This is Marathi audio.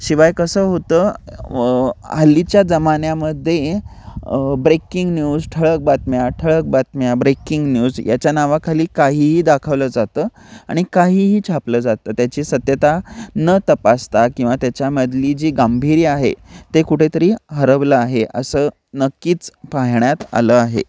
शिवाय कसं होतं व हल्लीच्या जमान्यामध्ये ब्रेकिंग न्यूज ठळक बातम्या ठळक बातम्या ब्रेकिंग न्यूज याच्या नावाखाली काहीही दाखवलं जातं आणि काहीही छापलं जातं त्याची सत्यता न तपासता किंवा त्याच्यामधली जी गांभीर्य आहे ते कुठेतरी हरवलं आहे असं नक्कीच पाहण्यात आलं आहे